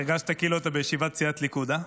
הרגשת כאילו אתה בישיבת סיעת ליכוד, אה?